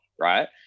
right